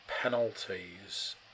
penalties